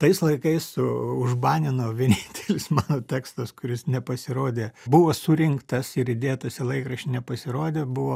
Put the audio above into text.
tais laikais užbanino vienintelis mano tekstas kuris nepasirodė buvo surinktas ir įdėtas į laikraštį nepasirodė buvo